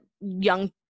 young